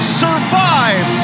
survive